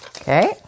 Okay